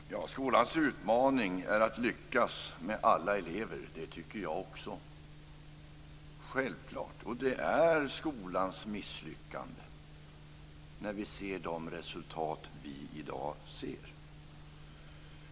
Fru talman! Skolans utmaning är att lyckas med alla elever, det tycker självfallet jag också. Det är skolans misslyckande när vi ser de resultat vi i dag ser.